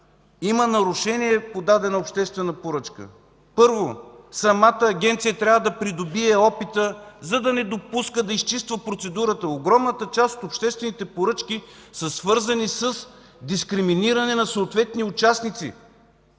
има нарушение по дадена обществена поръчка, първо, самата Агенция трябва да придобие опита, за да изчиства процедурата. Огромната част от обществените поръчки са свързани с дискриминиране на съответни участници!